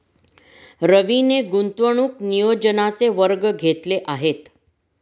रवीने गुंतवणूक नियोजनाचे वर्ग घेतले आहेत